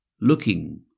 looking